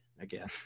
again